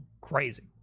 crazy